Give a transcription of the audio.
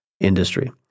industry